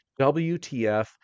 WTF